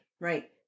Right